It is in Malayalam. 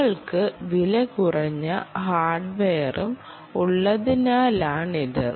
നിങ്ങൾക്ക് വിലകുറഞ്ഞ ഹാർഡ്വെയറും ഉള്ളതിനാലാണിത്